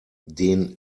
den